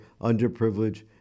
underprivileged